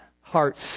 Hearts